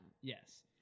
Yes